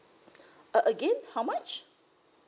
uh again how much